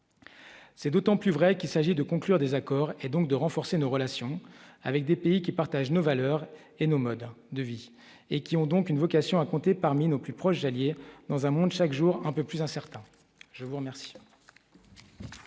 C'est d'autant plus vrai qu'il s'agit de conclure des accords et donc de renforcer nos relations avec des pays qui partagent nos valeurs et nos modes de vie et qui ont donc une vocation à compter parmi nos plus proches alliés dans un monde chaque jour un peu plus incertain, je vous remercie.